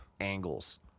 angles